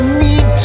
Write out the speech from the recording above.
need